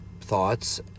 thoughts